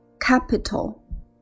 capital